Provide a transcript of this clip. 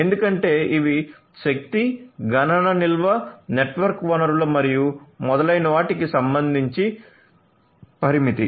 ఎందుకంటే ఇవి శక్తి గణన నిల్వ నెట్వర్క్ వనరులు మరియు మొదలైన వాటికి సంబంధించి పరిమితి